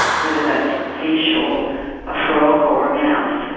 whether that's a fish or a frog or a mouse,